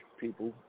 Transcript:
people